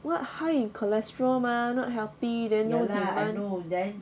what high in cholesterol mah not healthy then no demand